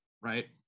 Right